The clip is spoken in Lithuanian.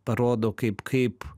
parodo kaip kaip